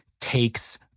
takes